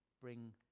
bring